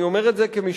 אני אומר את זה כמשפטן,